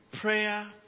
prayer